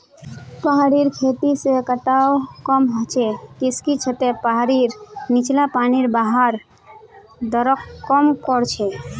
पहाड़ी खेती से कटाव कम ह छ किसेकी छतें पहाड़ीर नीचला पानीर बहवार दरक कम कर छे